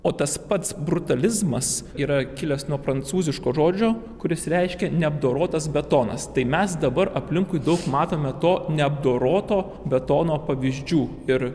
o tas pats brutalizmas yra kilęs nuo prancūziško žodžio kuris reiškia neapdorotas betonas tai mes dabar aplinkui daug matome to neapdoroto betono pavyzdžių ir